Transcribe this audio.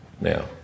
Now